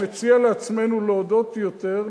אני מציע לעצמנו להודות יותר,